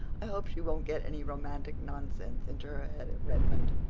i hope she won't get any romantic nonsense into her head at redmond.